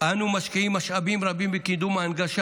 אנו משקיעים משאבים רבים בקידום ההנגשה